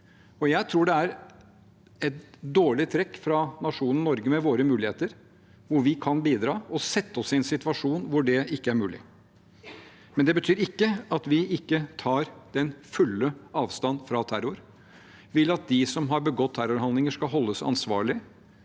Jeg tror det er et dårlig trekk fra nasjonen Norge – med våre muligheter, der vi kan bidra – å sette oss i en situasjon hvor det ikke er mulig. Det betyr imidlertid ikke at vi ikke tar den fulle avstand fra terror, vil at de som har begått terrorhandlinger, skal holdes ansvarlig,